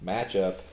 Matchup